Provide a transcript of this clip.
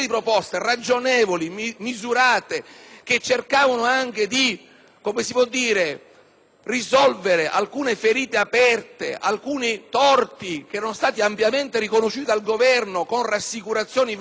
risolvere alcune ferite aperte, alcuni torti che erano stati ampiamente riconosciuti dal Governo con rassicurazioni verbali, formali sempre più frequenti, ma sempre più inutili.